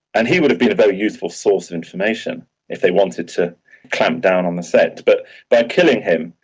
and he would have been a very useful source of information if they wanted to clamp down on the sect. but by killing him,